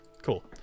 Cool